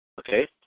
okay